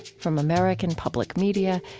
from american public media,